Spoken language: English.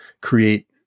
create